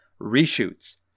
Reshoots